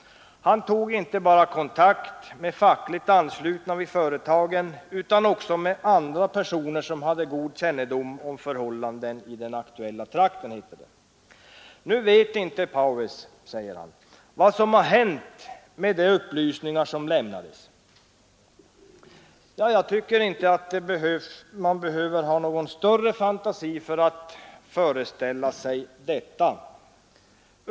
Han tog inte bara kontakt med fackligt anslutna vid företagen utan också med andra personer som hade god kännedom om förhållandena i den aktuella trakten Nu vet inte Paues, uppger han, vad som hände med de upplysningar som lämnades. Jag tycker inte man behöver ha någon större fantasi för att föreställa sig detta.